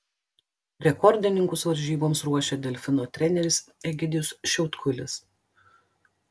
rekordininkus varžyboms ruošia delfino treneris egidijus šiautkulis